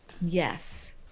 Yes